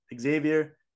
Xavier